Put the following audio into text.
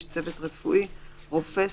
"איש צוות רפואי" רופא,